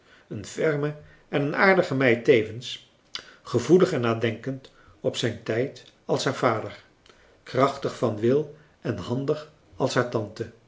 een ferme en een aardige meid tevens gevoelig en nadenkend op zijn tijd als haar vader krachtig van wil en handig als haar tante